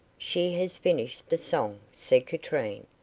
she has finished the song, said katrine,